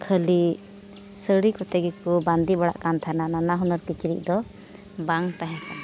ᱠᱷᱟᱹᱞᱤ ᱥᱟᱹᱲᱤ ᱠᱚᱛᱮ ᱜᱮᱠᱚ ᱵᱟᱸᱫᱮ ᱵᱟᱲᱟᱜ ᱠᱟᱱ ᱛᱟᱦᱮᱱᱟ ᱱᱟᱱᱟ ᱦᱩᱱᱟᱹᱨ ᱠᱤᱪᱨᱤᱡ ᱫᱚ ᱵᱟᱝ ᱛᱟᱦᱮᱸ ᱠᱟᱱᱟ